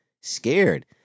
scared